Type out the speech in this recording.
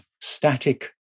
static